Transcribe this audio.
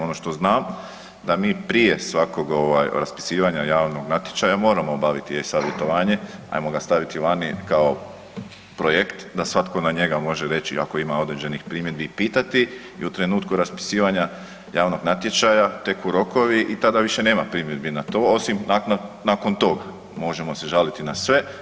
Ono što znam da mi prije svakog raspisivanja javnog natječaja moramo obaviti e-Savjetovanje, ajmo ga staviti vani kao projekt da svatko na njega može reći ako ima određenih primjedbi i pitati i u trenutku raspisivanja javnog natječaja teku rokovi i tada nema više primjedbi na to, osim nakon toga možemo se žaliti na sve.